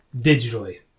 digitally